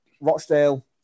Rochdale